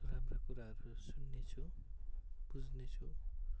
राम्रा कुराहरू सुन्ने छु पुज्ने छु